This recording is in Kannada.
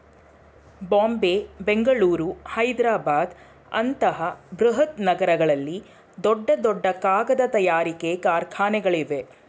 ಬಾಂಬೆ, ಬೆಂಗಳೂರು, ಹೈದ್ರಾಬಾದ್ ಅಂತ ಬೃಹತ್ ನಗರಗಳಲ್ಲಿ ದೊಡ್ಡ ದೊಡ್ಡ ಕಾಗದ ತಯಾರಿಕೆ ಕಾರ್ಖಾನೆಗಳಿವೆ